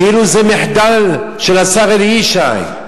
כאילו זה מחדל של השר אלי ישי.